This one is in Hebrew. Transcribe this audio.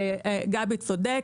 גבי צודק,